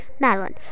madeline